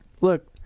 Look